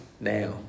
now